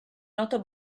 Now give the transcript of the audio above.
noto